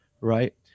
right